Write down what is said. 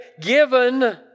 given